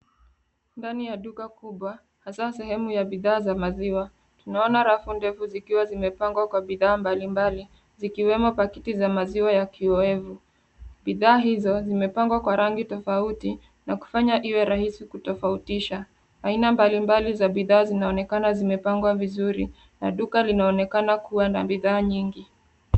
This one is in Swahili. Ndani ya duka kubwa hasa sehemu ya bidhaa za maziwa. Tunaona rafu ndefu zikiwa zimepangwa kwa bidhaa mbalimbali zikiwemo pakiti za maziwa ya kiowevu. Bidhaa hizo zimepangwa kwa rangi tofauti na kufanya iwe rahisi kutofautisha. Aina mbalimbali za bidhaa zinaonekana zimepangwa vizuri na duka linaonekana kuwa na bidhaa nyingi.